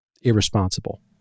irresponsible